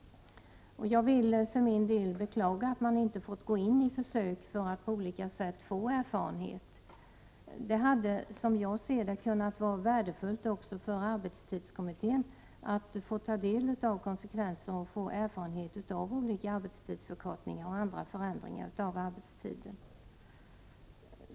Jag vill för min del beklaga att man inte fått genomföra försök för att på olika sätt få erfarenhet. Det hade varit värdefullt också för arbetstidskommittén att få ta del av konsekvenser och erfarenheter av olika arbetstidsförkortningar och andra förändringar av arbetstiden.